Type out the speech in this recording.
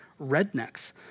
rednecks